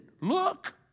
Look